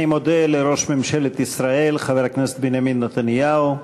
אני מודה לראש ממשלת ישראל חבר הכנסת בנימין נתניהו,